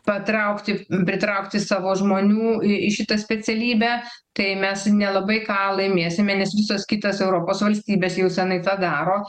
patraukti pritraukti savo žmonių į šitą specialybę tai mes nelabai ką laimėsime nes visos kitos europos valstybės jau senai tą daro